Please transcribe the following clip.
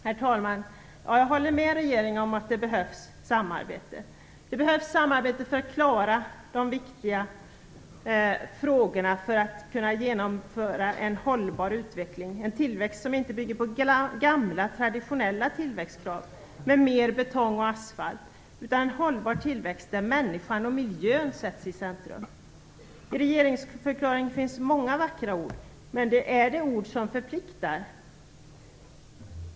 Herr talman! Jag håller med regeringen om att det behövs samarbete för att klara de viktiga frågorna för att få en hållbar utveckling - en tillväxt som inte bygger på gamla traditionella tillväxtkrav med mer betong och asfalt utan en hållbar tillväxt där människan och miljön sätts i centrum. I regeringsförklaringen finns många vackra ord, men är det ord som förpliktar?